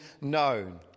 known